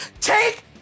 Take